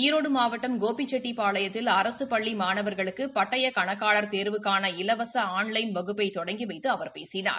ஈரோடு மாவட்டம் கோபிச்செட்டிபாளையத்தில் அரசு பள்ளி மாணவா்களுக்கு பட்டய கணக்காளா தேர்வுக்கான இலவச ஆன்லைன் வகுப்பினை தொடங்கி வைத்து அவர் பேசினார்